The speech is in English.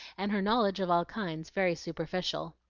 and her knowledge of all kinds very superficial.